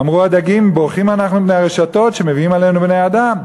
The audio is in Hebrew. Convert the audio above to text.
אמרו הדגים: בורחים אנחנו מפני הרשתות שמביאים עלינו בני-האדם.